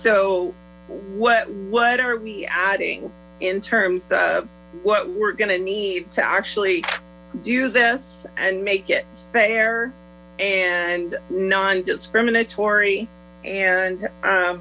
so what what are we adding in terms of what we're going to need to actually do this and make it fair and nondiscriminatory and